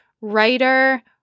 writer